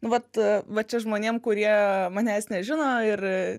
vat va čia žmonėm kurie manęs nežino ir